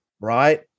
right